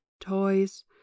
toys